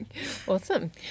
awesome